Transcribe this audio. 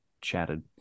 chatted